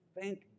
thank